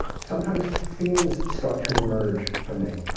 sometimes themes start to emerge for me.